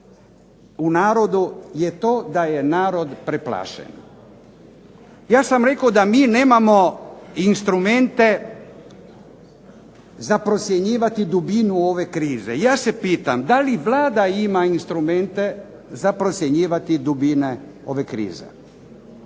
u narodu je to da je narod preplašen. Ja sam rekao da mi nemamo instrumente za procjenjivati dubinu ove krize. Ja se pitam, da li Vlada ima instrumente za procjenjivati dubine ove krize?